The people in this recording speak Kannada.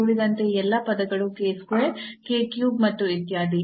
ಉಳಿದಂತೆ ಈ ಎಲ್ಲಾ ಪದಗಳು k square k cube ಮತ್ತು ಇತ್ಯಾದಿ